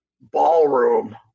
ballroom